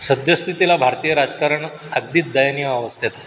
सद्यस्थितीला भारतीय राजकारण अगदीच दयनीय अवस्थेत आहे